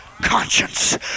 conscience